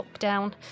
lockdown